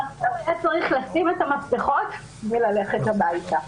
המנכ"ל היה צריך לשים את המפתחות וללכת הביתה.